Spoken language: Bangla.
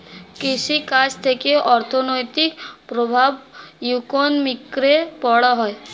কৃষি কাজ থেকে অর্থনৈতিক প্রভাব ইকোনমিক্সে পড়া হয়